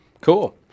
Cool